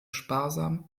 sparsam